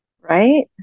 Right